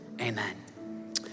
amen